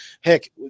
Heck